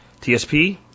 TSP